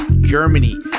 Germany